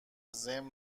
ضمن